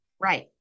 right